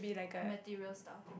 material stuff